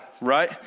right